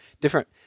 different